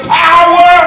power